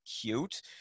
cute